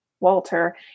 Walter